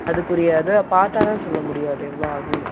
அதுக்குரிய இதை பார்த்தா தான் சொல்ல முடியும் அது எவ்வளோ ஆகும்னு